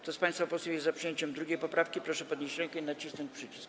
Kto z państwa posłów jest za przyjęciem 2. poprawki, proszę podnieść rękę i nacisnąć przycisk.